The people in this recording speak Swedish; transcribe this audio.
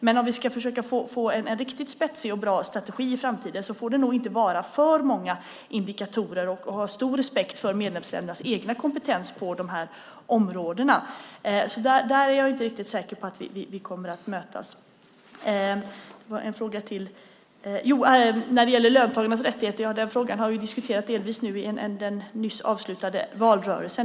Men om vi ska försöka få en riktigt spetsig och bra strategi i framtiden får det nog inte finnas för många indikatorer, och man ska ha stor respekt för medlemsländernas egen kompetens på dessa områden. Där är jag alltså inte riktigt säker på att vi kommer att mötas. När det gäller löntagarnas rättigheter har vi delvis diskuterat den frågan i den nyss avslutade valrörelsen.